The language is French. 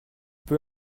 peu